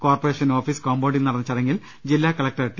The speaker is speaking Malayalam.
കോർപറേഷൻ ഓഫീസ് കോമ്പൌണ്ടിൽ നടന്ന ചടങ്ങിൽ ജില്ലാ കലക്ടർ ടി